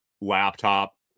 laptop